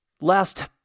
Last